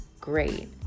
great